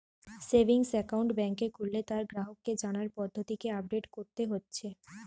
savings account বেংকে খুললে তার গ্রাহককে জানার পদ্ধতিকে আপডেট কোরতে হচ্ছে